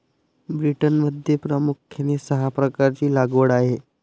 ब्रिटनमध्ये प्रामुख्याने सहा प्रकारची लागवड आहे